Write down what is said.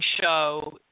show